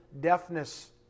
deafness